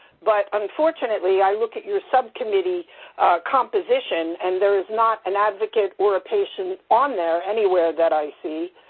but unfortunately, i look at your subcommittee composition, and there's not an advocate or a patient on there anywhere that i see.